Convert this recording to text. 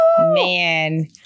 man